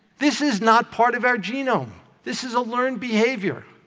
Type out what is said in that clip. this is not part of our genome this is a learned behavior.